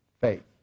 faith